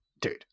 dude